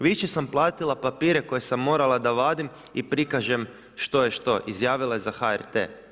Više sam platila papire koje sam morala da vadim i prikažem što je to, izjavila je za HRT.